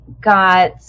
got